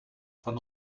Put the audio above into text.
von